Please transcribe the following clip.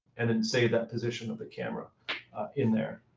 and then save that position of the camera in there.